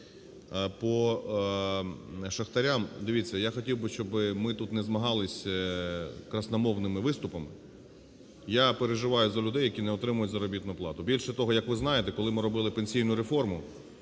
По шахтарям. Дивіться, я хотів би, щоби ми тут не змагалися красномовними виступами. Я переживаю за людей, які не отримують заробітну плату. Більше того, як ви знаєте, коли ми робили пенсійну реформу,